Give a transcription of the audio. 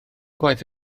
gwaith